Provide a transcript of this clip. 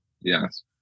Yes